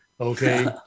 Okay